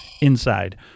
inside